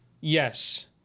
Yes